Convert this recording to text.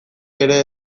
ere